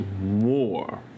more